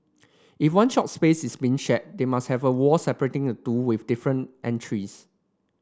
if one shop spaces is being shared they must have a wall separating the two with different entries